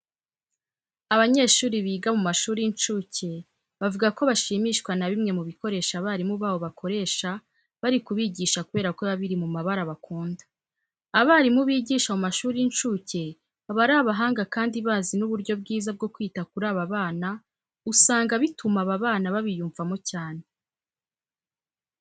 Abanyeshuri biga mu mashuri y'incuke bavuga ko bashimishwa na bimwe mu bikoresho abarimu babo bakoresha bari kubigisha kubera ko biba biri mu mabara bakunda. Abarimu bigisha mu mashuri y'incuke baba ari abahanga kandi bazi n'uburyo bwiza bwo kwita kuri aba bana usanga bituma abana babiyumvamo cyane.